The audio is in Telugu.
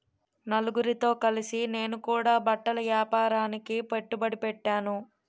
నలుగురితో కలిసి నేను కూడా బట్టల ఏపారానికి పెట్టుబడి పెట్టేను